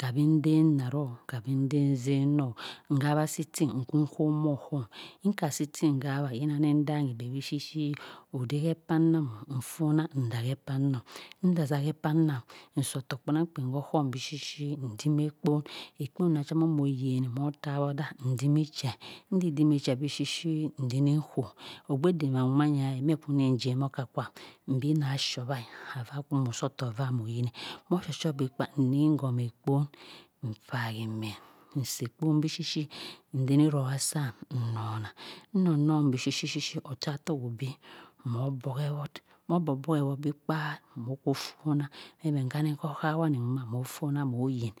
kabi ndemah doh nden zain oh nguwa si ting nkukuh moh ohum nkasi ting nguwa gingh nni danghi beh bishi shi oden here kpanam onfonah ndah heh nza zah hey kpanam nsotohk kpenang kpen ohum bishi shi nku dim eh kpon okpon mah sahman omoh yeni moh tanodah ndimi che ndi dimi che bi shi shi ndimi koh ogbe dumor manya meh nmi jemi okah kwam nnah showa binah ku moh soh tuhk ovah moyin moh si soh bi kpa nni homehkpon npaimen nsieh kpon bishi shi ndim iroha sum nnongha nnonong bishi shi ochatohk obi moh cho ochatohk moh koh funah then nkaninka okawani duma moh fonah moh yin